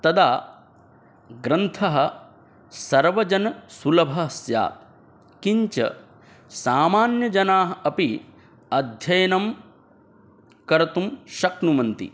तदा ग्रन्थः सर्वजनसुलभः स्यात् किञ्च सामान्यजनाः अपि अध्ययनं कर्तुं शक्नुवन्ति